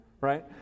right